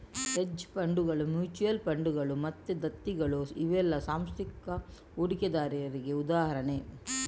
hedge ಫಂಡುಗಳು, mutual ಫಂಡುಗಳು ಮತ್ತೆ ದತ್ತಿಗಳು ಇವೆಲ್ಲ ಸಾಂಸ್ಥಿಕ ಹೂಡಿಕೆದಾರರಿಗೆ ಉದಾಹರಣೆ